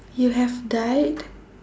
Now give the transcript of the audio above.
you have died